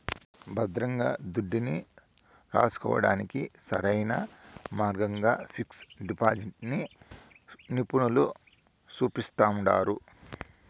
భద్రంగా దుడ్డుని రాసుకోడానికి సరైన మార్గంగా పిక్సు డిపాజిటిని నిపునులు సూపిస్తండారు